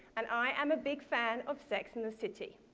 and i am a big fan of sex and the city.